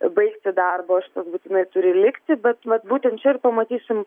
baigti darbą o šitas būtinai turi likti bet vat būtent čia ir pamatysim